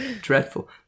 dreadful